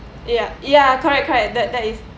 ya ya correct correct that that is